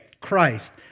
Christ